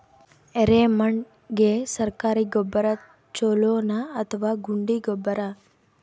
ಎರೆಮಣ್ ಗೆ ಸರ್ಕಾರಿ ಗೊಬ್ಬರ ಛೂಲೊ ನಾ ಅಥವಾ ಗುಂಡಿ ಗೊಬ್ಬರ?